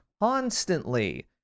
constantly